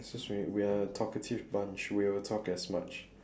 excuse me we are a talkative bunch we will talk as much